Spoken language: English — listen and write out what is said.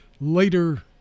later